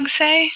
say